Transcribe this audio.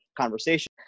conversation